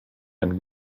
jak